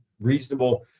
reasonable